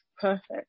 perfect